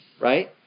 Right